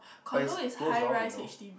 but is close door you know